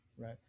Right